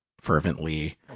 fervently